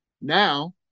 Now